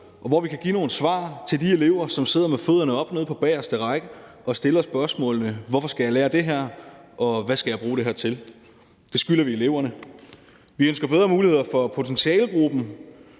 og hvor vi kan give nogle svar til de elever, som sidder med fødderne oppe nede på bagerste række og stiller spørgsmålene: Hvorfor skal jeg lære det her, og hvad skal jeg bruge det her til? Det skylder vi eleverne. Vi ønsker bedre muligheder for potentialegruppen